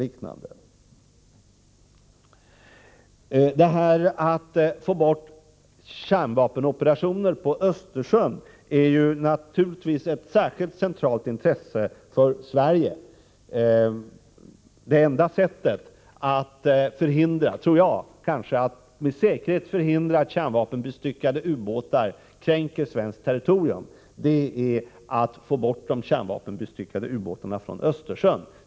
Att få bort operationer med kärnvapenbestyckade fartyg i Östersjön är naturligtvis av centralt intresse för Sverige. Det enda sättet att med säkerhet förhindra att kärnvapenbestyckade ubåtar kränker svenskt territorium är att få bort de kärnvapenbestyckade ubåtarna från Östersjön.